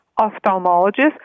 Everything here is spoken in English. ophthalmologist